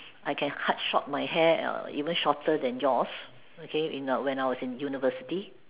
I can cut short my hair err even shorter than yours okay in the when I was in university